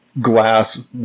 Glass